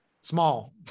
Small